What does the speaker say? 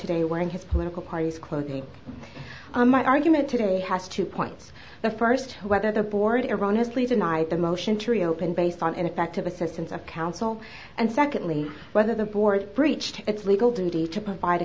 today wearing his political parties clothing my argument today has two points the first whether the board iran has lead denied the motion to reopen based on ineffective assistance of counsel and secondly whether the board breached its legal duty to provide a